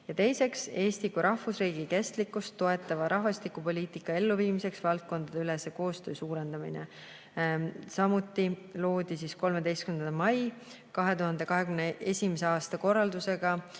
Teiseks, Eesti kui rahvusriigi kestlikkust toetava rahvastikupoliitika elluviimiseks valdkondadeülese koostöö suurendamine. Samuti loodi 13. mai 2021. aasta korraldusega